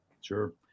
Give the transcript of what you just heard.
Sure